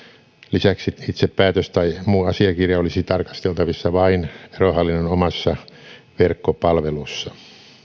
lisäksi itse päätös tai muu asiakirja olisi tarkasteltavissa vain verohallinnon omassa verkkopalvelussa